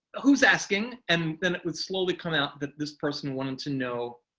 who's asking? and then it would slowly come out that this person wanted to know,